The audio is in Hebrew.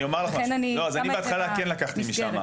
אני בהתחלה כן לקחתי משם.